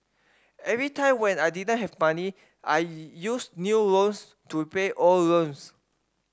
every time when I didn't have money I used new loans to repay old loans